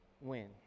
win